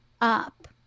up